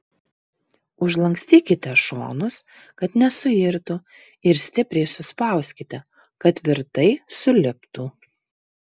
užlankstykite šonus kad nesuirtų ir stipriai suspauskite kad tvirtai suliptų